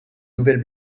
nouvelle